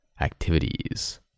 activities